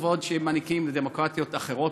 הכבוד שהם מעניקים לדמוקרטיות אחרות,